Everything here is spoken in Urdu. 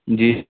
جی